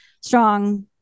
strong